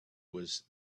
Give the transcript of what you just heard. was